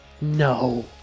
No